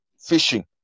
fishing